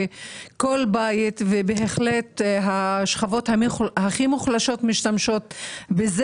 שכל בית משתמש בו; גם השכבות הכי מוחלשות,